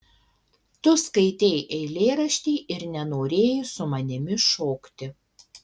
tu skaitei eilėraštį ir nenorėjai su manimi šokti